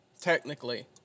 technically